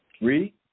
Read